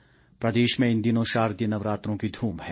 नवरात्र मेले प्रदेश में इन दिनों शारदीय नवरात्रों की धूम है